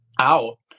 Out